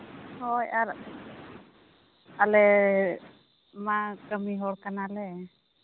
ᱦᱳᱭ ᱟᱨ ᱟᱞᱮ ᱢᱟ ᱠᱟᱹᱢᱤ ᱦᱚᱲ ᱠᱟᱱᱟᱞᱮ